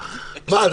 מה?